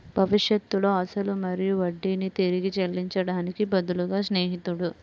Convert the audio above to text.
భవిష్యత్తులో అసలు మరియు వడ్డీని తిరిగి చెల్లించడానికి బదులుగా స్నేహితుడు